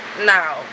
now